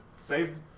saved